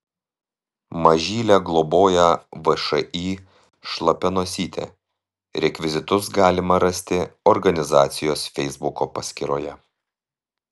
mažylę globoja všį šlapia nosytė rekvizitus galima rasti organizacijos feisbuko paskyroje